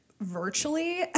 virtually